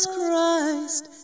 Christ